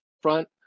front